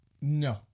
no